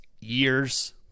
years